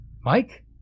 Mike